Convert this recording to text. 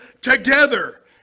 together